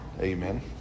Amen